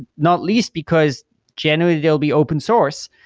not least because generally they'll be open source.